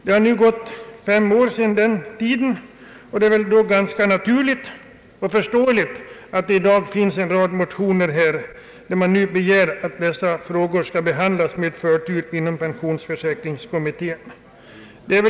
Det har nu gått fem år, och det är då ganska naturligt och förståeligt att det har väckts en rad motioner i vilka det begärs att denna fråga skall behandlas med förtur inom kommittén.